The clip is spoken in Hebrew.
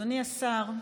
אדוני השר,